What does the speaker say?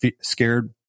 scared